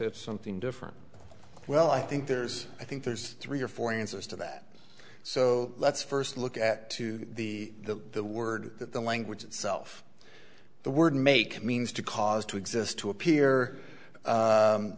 to something different well i think there's i think there's three or four answers to that so let's first look at the the the word that the language itself the word make means to cause to exist to appear